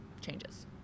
changes